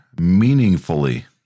meaningfully